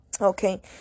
okay